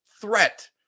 threat